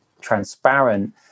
transparent